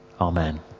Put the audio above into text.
Amen